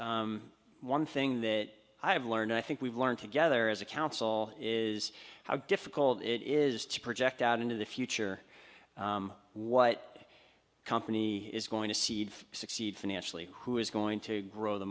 one thing that i have learned i think we've learned together as a council is how difficult it is to project out into the future what company is going to seed to succeed financially who is going to grow the